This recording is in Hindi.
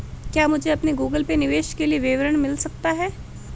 क्या मुझे अपने गूगल पे निवेश के लिए विवरण मिल सकता है?